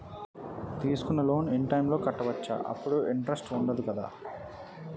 తీసుకున్న loan in time లో కట్టవచ్చ? అప్పుడు ఇంటరెస్ట్ వుందదు కదా?